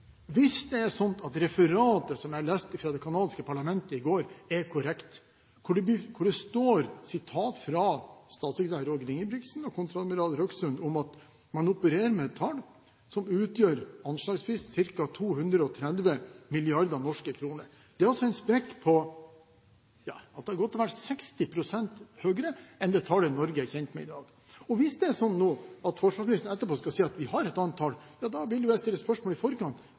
Hvis det er sånn at referatet som jeg leste fra det canadiske parlamentet i går, er korrekt, hvor det står at statssekretær Roger Ingebrigtsen og kontreadmiral Røksund opererer med et tall som utgjør anslagsvis 230 mrd. norske kroner, så er det altså en sprekk som er godt og vel 60 pst. høyere enn det tallet man er kjent med i Norge i dag. Hvis det er sånn at forsvarsministeren etterpå skal si at vi har et annet tall, vil jeg stille spørsmål i forkant: